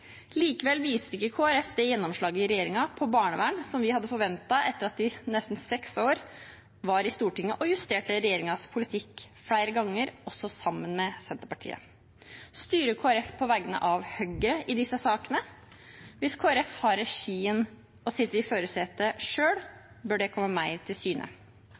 Likevel viser ikke Kristelig Folkeparti i regjering det gjennomslaget på barnevern som vi hadde forventet etter at de i nesten seks år var i Stortinget og justerte regjeringens politikk flere ganger, også sammen med Senterpartiet. Styrer Kristelig Folkeparti på vegne av Høyre i disse sakene? Hvis Kristelig Folkeparti har regien og sitter i førersetet selv, bør det komme mer til syne.